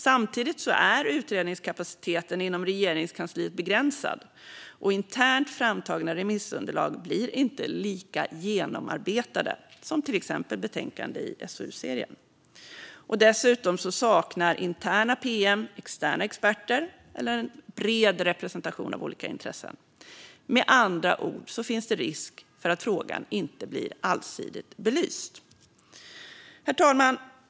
Samtidigt är utredningskapaciteten inom Regeringskansliet begränsad, och internt framtagna remissunderlag blir inte lika genomarbetade som till exempel betänkanden i SOU-serien. Dessutom saknar interna pm externa experter eller en bred representation av olika intressen. Med andra ord finns det risk att frågan inte blir allsidigt belyst. Herr talman!